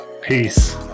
Peace